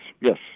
yes